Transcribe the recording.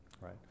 right